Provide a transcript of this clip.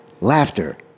laughter